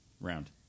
round